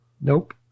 Nope